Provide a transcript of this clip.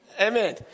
Amen